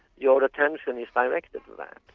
your attention is directed to that.